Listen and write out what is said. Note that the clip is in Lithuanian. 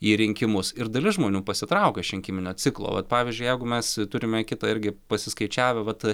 į rinkimus ir dalis žmonių pasitraukia iš rinkiminio ciklo vat pavyzdžiui jeigu mes turime kitą irgi pasiskaičiavę vat